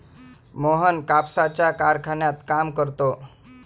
मोहन कापसाच्या कारखान्यात काम करतो